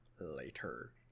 later